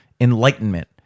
enlightenment